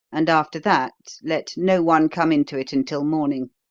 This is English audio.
and after that let no one come into it until morning.